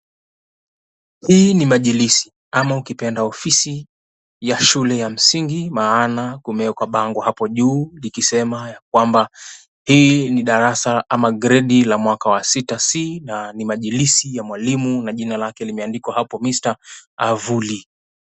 Hii ni majilisi ama ukipenda ofisi ya shule ya msingi maana kumewekwa bango hapo juu likisema yakwamba hii ni darasa ama Gredi la mwaka wa 6c na ni majilisi ya mwalimu na jina lake limeandikwa hapo Mr. Avuli.